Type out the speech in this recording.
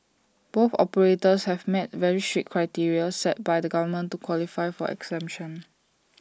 both operators have met very strict criteria set by the government to qualify for exemption